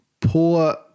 poor